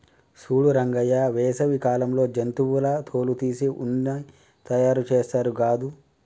సూడు రంగయ్య వేసవి కాలంలో జంతువుల తోలు తీసి ఉన్ని తయారుచేస్తారు గాదు